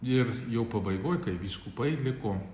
ir jau pabaigoj kai vyskupai liko